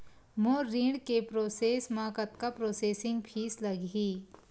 मोर ऋण के प्रोसेस म कतका प्रोसेसिंग फीस लगही?